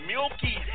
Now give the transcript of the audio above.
Milky